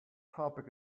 topic